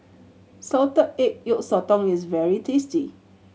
salted egg yolk sotong is very tasty